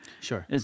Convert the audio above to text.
Sure